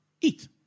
Eat